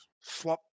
Flop